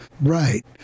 Right